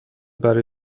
برای